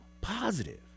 positive